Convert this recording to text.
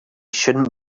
should